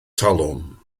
talwm